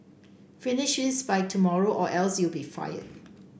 finish this by tomorrow or else you'll be fired